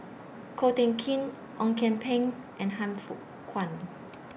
Ko Teck Kin Ong Kian Peng and Han Fook Kwang